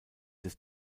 des